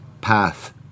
path